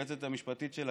היועצת המשפטית של הכנסת,